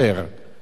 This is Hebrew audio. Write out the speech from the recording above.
אדוני היושב-ראש,